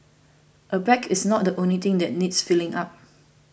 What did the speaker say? a bag is not the only thing that needs filling up